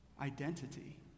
identity